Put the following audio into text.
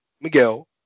Miguel